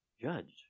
judge